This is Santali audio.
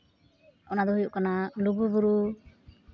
ᱚᱱᱟ ᱫᱚ ᱦᱩᱭᱩᱜ ᱠᱟᱱᱟ ᱞᱩᱜᱩᱼᱵᱩᱨᱩ